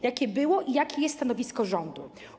Jakie było i jakie jest stanowisko rządu?